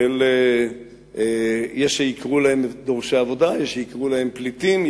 יש שיקראו להם פליטים,